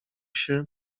się